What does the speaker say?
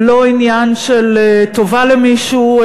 לא עניין של טובה למישהו,